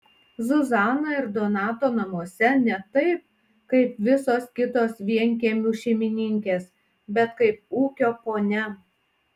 zuzana ir donato namuose ne taip kaip visos kitos vienkiemių šeimininkės bet kaip ūkio ponia